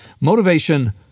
Motivation